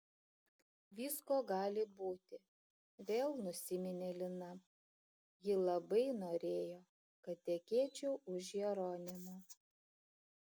visko gali būti vėl nusiminė lina ji labai norėjo kad tekėčiau už jeronimo